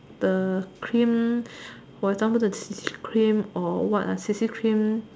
the cream for example the C_C cream or what lah C_C cream